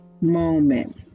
moment